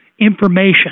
information